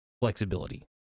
flexibility